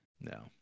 No